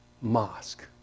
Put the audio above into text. Mosque